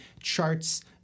charts